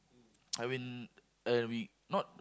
I mean uh we not